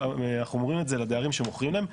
ואנחנו אומרים את זה לדיירים שאנחנו מוכרים להם,